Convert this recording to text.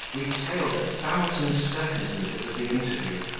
retailed a thousand circumstances of the interview,